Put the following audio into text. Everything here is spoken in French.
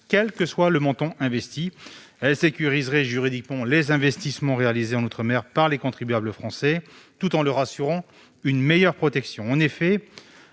quel que soit le montant investi, sécuriserait juridiquement les investissements réalisés outre-mer par les contribuables français, tout en leur assurant une meilleure protection.